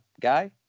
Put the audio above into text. guy